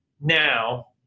Now